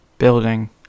Building